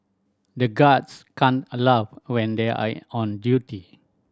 the guards can't a laugh when they are on duty